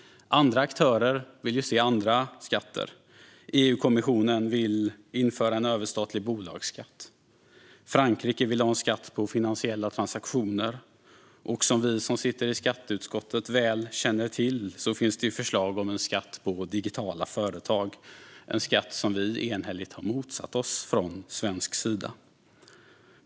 Andra aktörer vill se andra skatter. EU-kommissionen vill införa en överstatlig bolagsskatt. Frankrike vill ha en skatt på finansiella transaktioner. Och som vi som sitter i skatteutskottet väl känner till finns det förslag om en skatt på digitala företag, en skatt som vi enhälligt har motsatt oss från svensk sida.